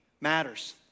matters